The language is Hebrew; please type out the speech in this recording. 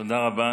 תודה רבה.